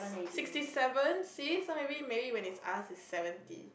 sixty seven see so maybe maybe when it's us it's seventy